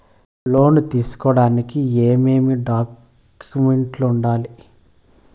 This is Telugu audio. లోను తీసుకోడానికి ఏమేమి డాక్యుమెంట్లు ఉండాలి